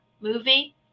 movie